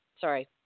sorry